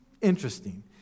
interesting